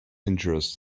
injurious